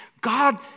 God